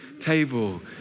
table